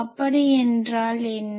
அப்படி என்றால் என்ன